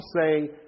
say